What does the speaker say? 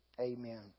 Amen